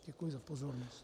Děkuji za pozornost.